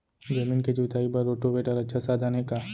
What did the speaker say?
जमीन के जुताई बर रोटोवेटर अच्छा साधन हे का?